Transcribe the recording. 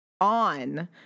on